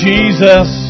Jesus